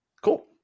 cool